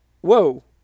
Whoa